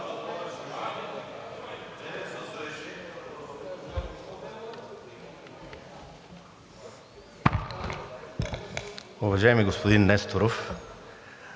Уважаеми господин Несторов,